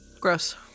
Gross